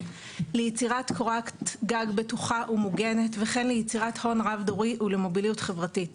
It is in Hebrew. ליצירת קורת גג בטוחה ומוגנת וכן ליצירת הון רב דורי ולמוביליות חברתית,